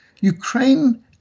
Ukraine